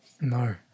No